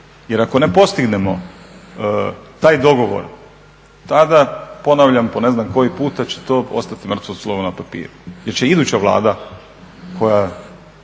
jer ako ne postignemo taj dogovor tada, ponavljam po ne znam koji puta, će to ostati mrtvo slovo na papiru jer će iduća Vlada koja